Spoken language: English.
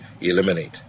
eliminate